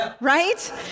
Right